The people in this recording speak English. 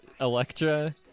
Electra